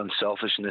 unselfishness